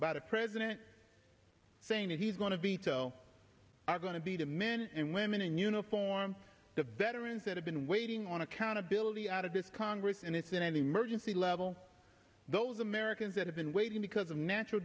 by the president saying he's going to veto are going to be the men and women in uniform the veterans that have been waiting on accountability out of this congress and it's in an emergency level those americans that have been waiting because of natural